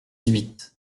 huit